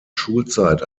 schulzeit